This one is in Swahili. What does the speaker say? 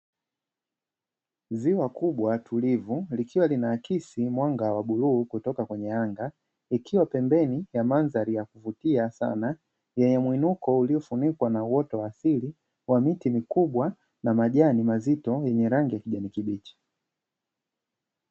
Ziwa kubwa tulivu likiwa lina akisi mwanga wa bluu, kutoka kwenye anga ikiwa pembeni ya mandhari yakuvutia sana, yenye muinuko uliofunikwa na uoto wa asili wa miti mikubwa na majani mazito yenye rangi ya kijani kibichi.